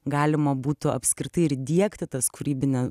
galima būtų apskritai ir diegti tas kūrybine